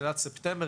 תחילת ספטמבר,